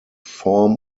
form